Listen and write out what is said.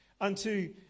unto